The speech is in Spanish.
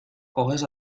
coges